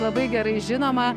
labai gerai žinoma